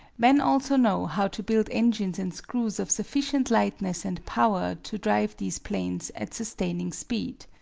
men also know how to build engines and screws of sufficient lightness and power to drive these planes at sustaining speed.